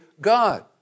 God